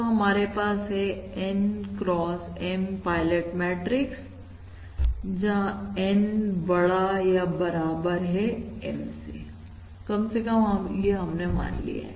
तो हमारे पास है N x M pilot matrix जहां N बडा या बराबर है M से कम से कम यह हमने मान लिया है